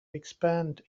expand